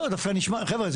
חבר'ה,